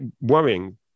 worrying